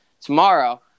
tomorrow